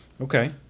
Okay